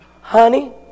honey